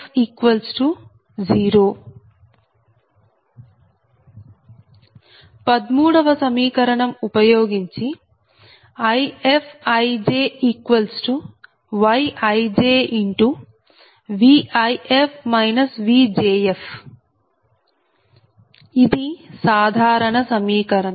13 వ సమీకరణం ఉపయోగించి IfijyijVif Vjf ఇది సాధారణ సమీకరణం